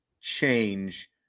change –